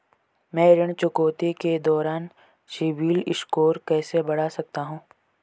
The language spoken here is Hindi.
मैं ऋण चुकौती के दौरान सिबिल स्कोर कैसे बढ़ा सकता हूं?